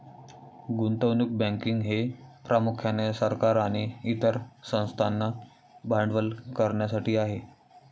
गुंतवणूक बँकिंग हे प्रामुख्याने सरकार आणि इतर संस्थांना भांडवल करण्यासाठी आहे